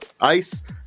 ice